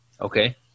Okay